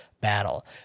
battle